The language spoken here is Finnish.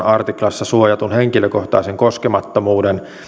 artiklassa suojatun henkilökohtaisen koskemattomuuden